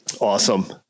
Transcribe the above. Awesome